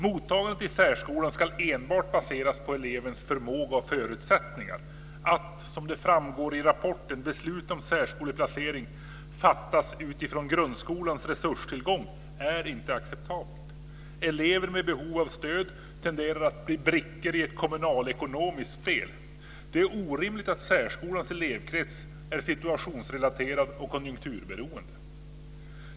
Mottagandet i särskolan ska enbart baseras på elevens förmåga och förutsättningar. Att, som framgår i rapporten, beslut om särskoleplacering fattas utifrån grundskolans resurstillgång är inte acceptabelt. Elever med behov av stöd tenderar att bli brickor i ett kommunalekonomiskt spel. Det är orimligt att särskolans elevkrets är situationsrelaterad och konjunkturberoende.